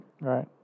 Right